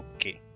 Okay